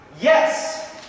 Yes